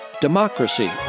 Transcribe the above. democracy